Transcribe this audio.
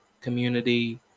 community